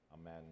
Amen